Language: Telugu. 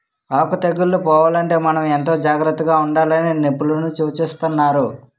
ఆకు తెగుళ్ళు పోవాలంటే మనం ఎంతో జాగ్రత్తగా ఉండాలని నిపుణులు సూచిస్తున్నారు